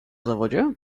zawodzie